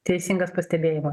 teisingas pastebėjima